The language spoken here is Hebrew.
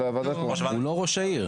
הוא לא ראש העיר.